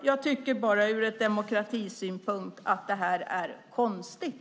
Jag tycker bara att det här ur demokratisynpunkt är konstigt.